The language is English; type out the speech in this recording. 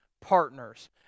partners